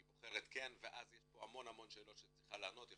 היא בוחרת "כן" ואז יש פה המון שאלות שהיא צריכה לענות עליהן,